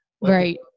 Right